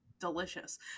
delicious